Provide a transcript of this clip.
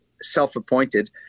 self-appointed